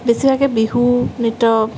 বেছিভাগে বিহু নৃত্য